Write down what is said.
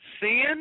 sin